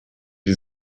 die